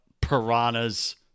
piranhas